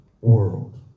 world